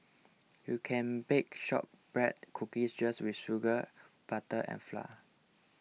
you can bake Shortbread Cookies just with sugar butter and flour